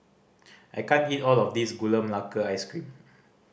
I can't eat all of this Gula Melaka Ice Cream